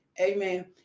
amen